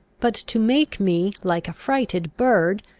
but to make me, like a frighted bird,